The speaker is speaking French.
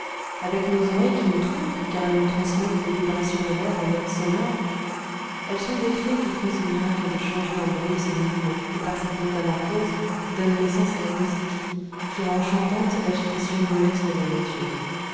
avec nos oreilles qui nous trompent car elles nous transmettent les vibrations de l'air en notes sonores elles sont des fées qui font ce miracle de changer en bruit ce mouvement et par cette métamorphose donnent naissance à la musique qui rend chantante l'agitation muette de la nature